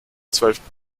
zwölften